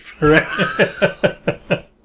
Right